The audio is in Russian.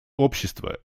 общества